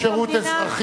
חוק שירות אזרחי,